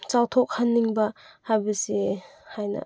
ꯆꯥꯎꯊꯣꯛꯍꯟꯅꯤꯡꯕ ꯍꯥꯏꯕꯁꯤ ꯍꯥꯏꯅ